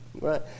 right